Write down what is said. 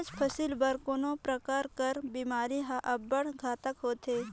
कोनोच फसिल बर कोनो परकार कर बेमारी हर अब्बड़ घातक होथे